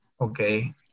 Okay